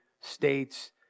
states